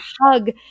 hug